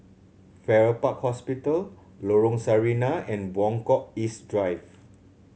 Farrer Park Hospital Lorong Sarina and Buangkok East Drive